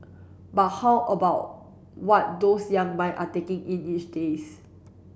but how about what those young mind are taking in each days